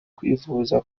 kwivuza